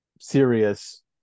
serious